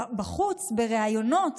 בחוץ בראיונות,